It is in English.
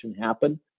happen